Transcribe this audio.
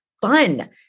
fun